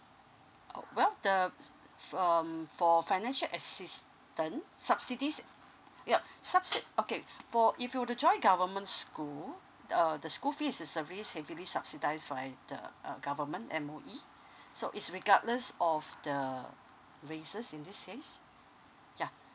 oh well the um for financial assistance subsidies yup subsid~ okay for if you were to join government school uh the school fees is severely heavily subsidise for uh the uh government M_O_E so is regardless of the races in this case ya